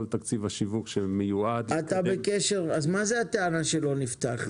כל תקציב השיווק שמיועד --- אז מה זה הטענה שלא נפתח?